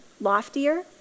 loftier